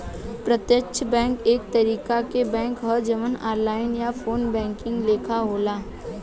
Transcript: प्रत्यक्ष बैंक एक तरीका के बैंक ह जवन ऑनलाइन या फ़ोन बैंकिंग लेखा होला